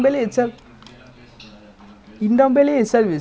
even most of them also drawback defend lah basically the whole team lah